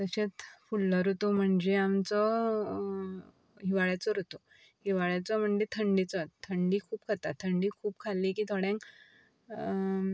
तशेंत फुडलो ऋतू म्हणजे आमचो हिवाळ्याचो ऋतू हिवाळ्याचो म्हणजे थंडीचो थंडी खूब खाता थंडी खूब खाल्ली की थोड्यांक